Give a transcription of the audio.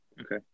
Okay